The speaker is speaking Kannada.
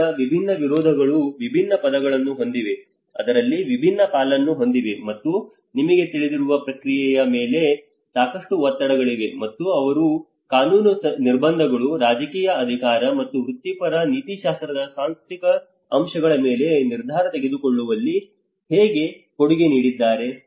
ಪರಿಸರ ವಿಭಿನ್ನ ವಿರೋಧಗಳು ವಿಭಿನ್ನ ಪದಗಳನ್ನು ಹೊಂದಿವೆ ಅದರಲ್ಲಿ ವಿಭಿನ್ನ ಪಾಲನ್ನು ಹೊಂದಿವೆ ಮತ್ತು ನಿಮಗೆ ತಿಳಿದಿರುವ ಪ್ರಕ್ರಿಯೆಯ ಮೇಲೆ ಸಾಕಷ್ಟು ಒತ್ತಡಗಳಿವೆ ಮತ್ತು ಅವರು ಕಾನೂನು ನಿರ್ಬಂಧಗಳು ರಾಜಕೀಯ ಅಧಿಕಾರ ಮತ್ತು ವೃತ್ತಿಪರ ನೀತಿಶಾಸ್ತ್ರದ ಸಾಂಸ್ಥಿಕ ಅಂಶಗಳ ಮೇಲೆ ನಿರ್ಧಾರ ತೆಗೆದುಕೊಳ್ಳುವಲ್ಲಿ ಹೇಗೆ ಕೊಡುಗೆ ನೀಡಿದ್ದಾರೆ